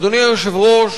אדוני היושב-ראש,